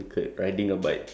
fully naked